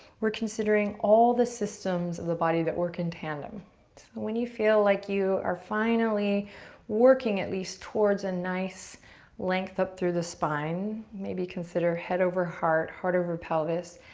we're considering all the systems the body that work in tandem. so when you feel like you are finally working at least towards a nice length up through the spine, maybe consider head over heart, heart over pelvis.